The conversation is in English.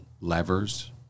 levers